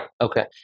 Okay